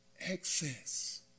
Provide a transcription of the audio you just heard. excess